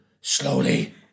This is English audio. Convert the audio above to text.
Slowly